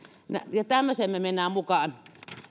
ja tämmöiseen me menemme mukaan